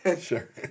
Sure